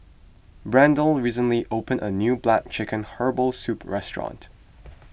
Brandyn recently opened a new Black Chicken Herbal Soup restaurant